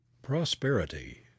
prosperity